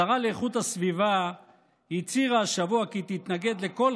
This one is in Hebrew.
השרה לאיכות הסביבה הצהירה השבוע כי תתנגד לכל